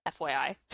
FYI